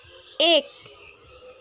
এক